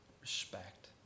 respect